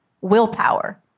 willpower